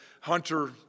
Hunter